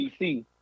DC